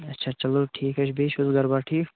اَچھا چَلو ٹھیٖک حظ چھُ بیٚیہِ چھُو حظ گَرٕ بار ٹھیٖک